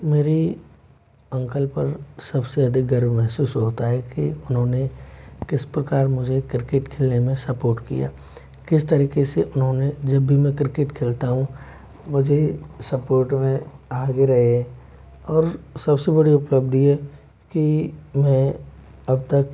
मेरे अंकल पर सब से अधिक गर्व महसूस होता है कि उन्होंने किस प्रकार मुझे क्रिकेट खेलने में सपोर्ट किया किस तरीक़े से उन्होंने जब भी मैं क्रिकेट खेलता हूँ मुझे सपोर्ट में आगे रहे और सब से बड़ी उपलब्धि है कि इन्होंने अब तक